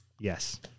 Yes